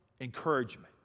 encouragement